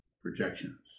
projections